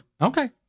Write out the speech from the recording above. Okay